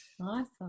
Awesome